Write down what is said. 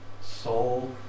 soul